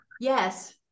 Yes